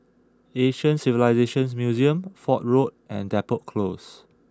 Asian Civilisations Museum Fort Road and Depot Close